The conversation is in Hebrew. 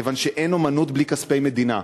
כיוון שאין אמנות בלי כספי מדינה.